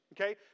okay